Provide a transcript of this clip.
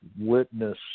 witness